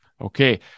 Okay